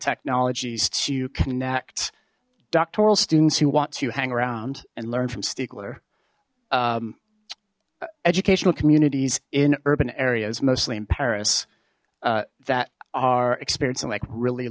technologies to connect doctoral students who want to hang around and learn from stiegler educational communities in urban areas mostly in paris that are experiencing like really